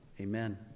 Amen